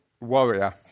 warrior